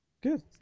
Good